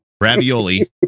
ravioli